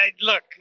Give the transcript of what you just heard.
look